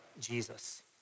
Jesus